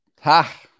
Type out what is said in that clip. Ha